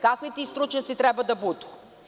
Kakvi ti stručnjaci treba da budu?